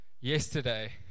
yesterday